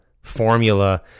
formula